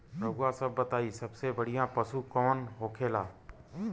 रउआ सभ बताई सबसे बढ़ियां पशु कवन होखेला?